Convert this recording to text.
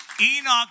Enoch